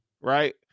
right